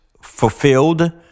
fulfilled